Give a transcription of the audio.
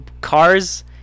cars